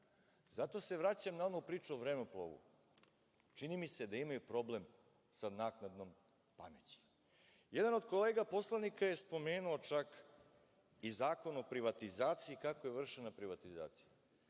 se vraćam na onu priču o vremeplovu, čini mi se da imaju problem sa naknadnom pameću. Jedan od kolega poslanika je spomenuo čak i Zakon o privatizaciji, kako je vršena privatizacija,